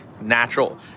natural